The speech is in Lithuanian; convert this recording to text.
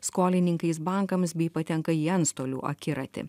skolininkais bankams bei patenka į antstolių akiratį